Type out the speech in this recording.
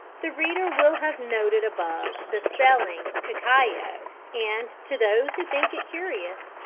the reader will have noted above the spelling cacao, and to those who think it curious,